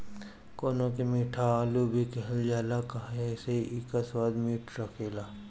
कोन के मीठा आलू भी कहल जाला काहे से कि इ स्वाद में मीठ लागेला